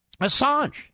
Assange